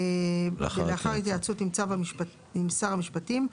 לאחר התייעצות עם שר המשפטים,